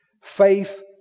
Faith